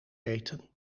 eten